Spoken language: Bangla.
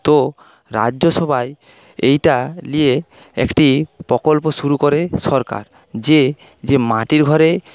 তো রাজ্যসভায় এইটা নিয়ে একটি প্রকল্প শুরু করে সরকার যে যে মাটির ঘরে